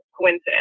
coincidence